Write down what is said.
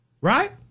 Right